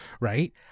right